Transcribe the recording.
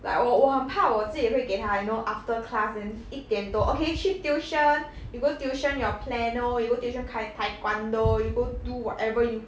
like 我我很怕我自己会给他 you know after class then 一点多 okay 去 tuition you go tuition your piano you go tuition tae~ taekwondo you go do whatever you